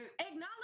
Acknowledge